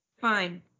fine